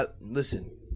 listen